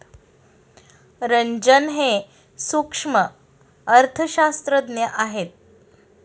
रंजन हे सूक्ष्म अर्थशास्त्रज्ञ आहेत